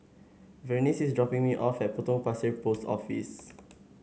Vernice is dropping me off at Potong Pasir Post Office